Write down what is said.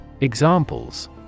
Examples